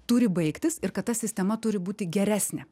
turi baigtis ir kad ta sistema turi būti geresnė